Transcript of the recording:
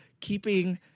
keeping